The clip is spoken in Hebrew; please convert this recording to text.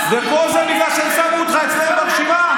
וכל זה בגלל שהם שמו אותך אצלם ברשימה?